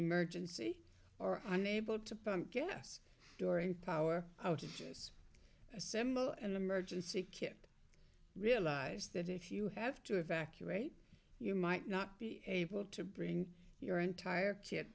emergency or unable to pump gas during power outages assemble an emergency kit realize that if you have to evacuate you might not be able to bring your entire ki